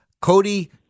Cody